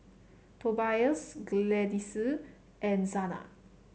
Tobias Gladyce and Zana